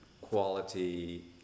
quality